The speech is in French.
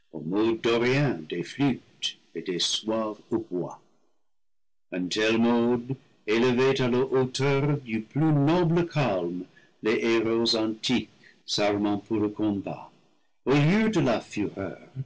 élevait à la hauteur du plus noble calme les héros antiques s'armant pour le combat au lieu de la fureur